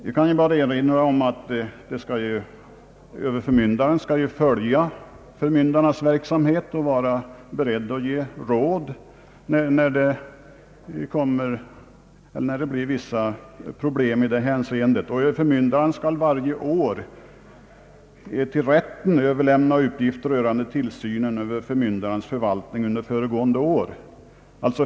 Jag kan bara erinra om att överförmyndaren skall följa förmyndarnas verksamhet och vara beredd att ge råd, om det skulle uppstå några problem. Han skall varje år till rätten överlämna uppgifter rörande tillsynen över förmyndarnas förvaltning under föregående år.